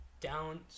down